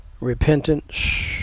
repentance